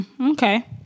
Okay